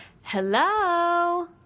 Hello